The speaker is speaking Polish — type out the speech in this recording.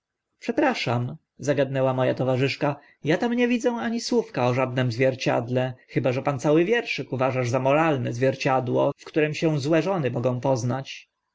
przepraszam zagadnęła mo a towarzyszka a tam nie widzę ani słówka o żadnym zwierciedle chyba że pan cały wierszyk uważasz za moralne zwierciadło w którym się złe żony mogą poznać